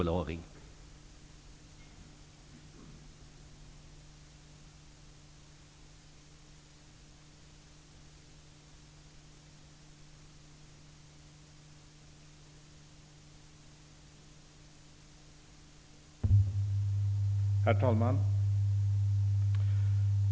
Herr talman!